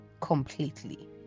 completely